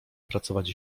pracować